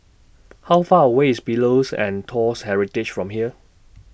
How Far away IS Pillows and Toast Heritage from here